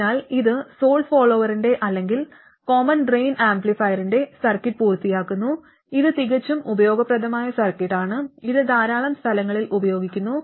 അതിനാൽ ഇത് സോഴ്സ് ഫോളോവറിന്റെ അല്ലെങ്കിൽ കോമൺ ഡ്രെയിൻ ആംപ്ലിഫയറിന്റെ സർക്യൂട്ട് പൂർത്തിയാക്കുന്നു ഇത് തികച്ചും ഉപയോഗപ്രദമായ സർക്യൂട്ടാണ് ഇത് ധാരാളം സ്ഥലങ്ങളിൽ ഉപയോഗിക്കുന്നു